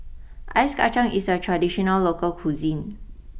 Ice Kacang is a traditional local cuisine